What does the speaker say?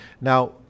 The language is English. Now